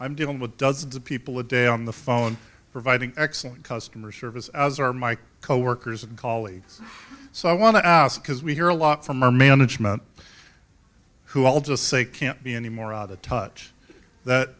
i'm dealing with dozens of people a day on the phone providing excellent customer service as are my coworkers cawley so i want to because we hear a lot from our management who i'll just say can't be any more out of touch that